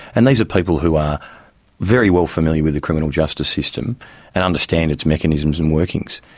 and these are people who are very well familiar with the criminal justice system and understand its mechanisms and workings.